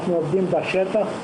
אנחנו עובדים בשטח.